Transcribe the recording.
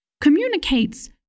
communicates